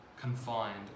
confined